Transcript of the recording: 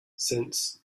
since